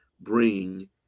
bring